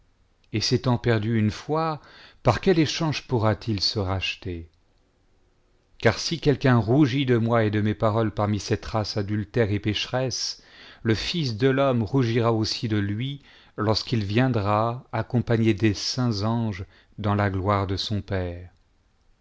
et s étant perdu une fois par quel échange pourra-t-il se racheter car si quelqu'un rougit de moi et de mes paroles parmi cette race adultère et pécheresse le fils de l'homme rougira aussi de lui lorsqu'il viendra accompagné des saints anges dans la gloire de son père